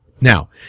Now